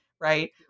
right